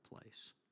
place